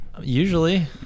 Usually